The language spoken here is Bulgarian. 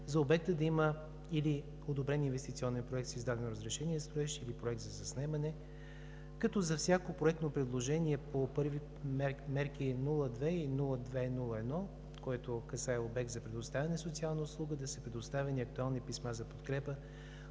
за обекта да има или одобрен инвестиционен проект с издадено разрешение, строеж или проект за заснемане, като за всяко проектно предложение по мерки М02 и М02-01, което касае обект за предоставяне на социална услуга, да са предоставени актуални писма за подкрепа